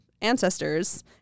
ancestors